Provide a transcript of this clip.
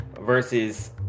Versus